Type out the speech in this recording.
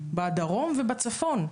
בדרום ובצפון,